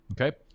Okay